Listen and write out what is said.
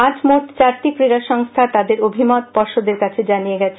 আজ মোট চারটি ক্রীড়া সংস্থা তাদের অভিমত পর্ষদের কাছে জানিয়ে গেছে